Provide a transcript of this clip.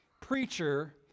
preacher